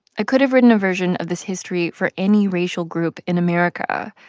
i could have written a version of this history for any racial group in america.